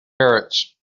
parrots